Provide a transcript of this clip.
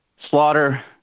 Slaughter